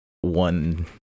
one